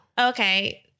Okay